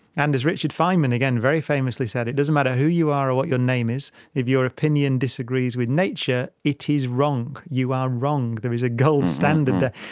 and as richard feynman again very famously said, it doesn't matter who you are or what your name is, if your opinion disagrees with nature, it is wrong, you are wrong, there is a gold standard there.